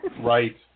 Right